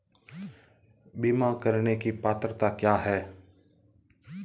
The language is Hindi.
बीमा करने की पात्रता क्या है?